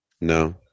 No